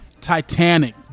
Titanic